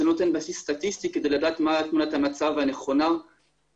זה נותן בסיס סטטיסטי כדי לדעת מה תמונת המצב נכונה במדינה.